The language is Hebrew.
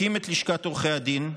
הקים את לשכת עורכי הדין,